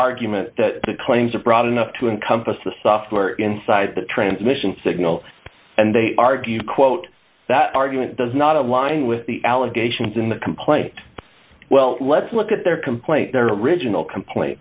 argument the claims are broad enough to encompass the software inside the transmission signal and they argue quote that argument does not align with the allegations in the complaint well let's look at their complaint their original compl